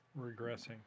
Regressing